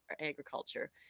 agriculture